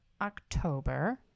October